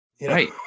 Right